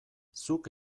zuk